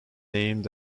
named